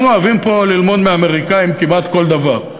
אנחנו אוהבים פה ללמוד מהאמריקנים כמעט כל דבר.